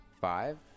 five